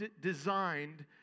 designed